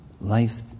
Life